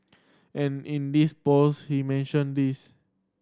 and in this post he mentioned this